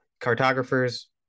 cartographers